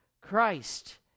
christ